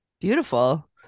Beautiful